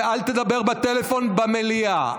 ואל תדבר בטלפון במליאה.